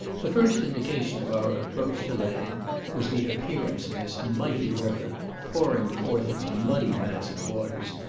the first indication of our approach to land was the appearance of this mighty river pouring forth its muddy mass of waters,